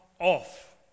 off